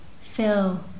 fill